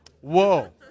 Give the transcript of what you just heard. Whoa